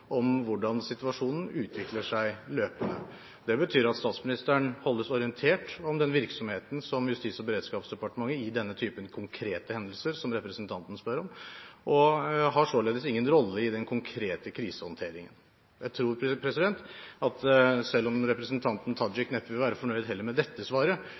om hvordan situasjonen utvikler seg løpende. Det betyr at statsministeren holdes orientert om virksomheten til Justis- og beredskapsdepartementet i denne typen konkrete hendelser som representanten spør om, og har således ingen rolle i den konkrete krisehåndteringen. Selv om representanten Tajik neppe vil være fornøyd med dette svaret